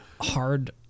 hard